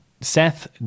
Seth